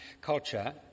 culture